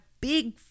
big